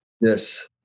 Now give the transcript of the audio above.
Yes